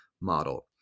model